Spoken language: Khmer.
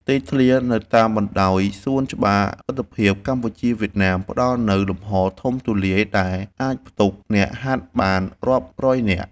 ទីធ្លានៅតាមបណ្ដោយសួនច្បារមិត្តភាពកម្ពុជា-វៀតណាម ផ្ដល់នូវលំហរធំទូលាយដែលអាចផ្ទុកអ្នកហាត់បានរាប់រយនាក់។